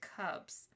cubs